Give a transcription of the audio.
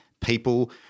people